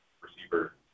receiver